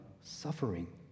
suffering